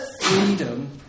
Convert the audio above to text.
freedom